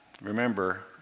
Remember